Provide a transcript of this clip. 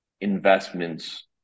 investments